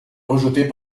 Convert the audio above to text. rejeté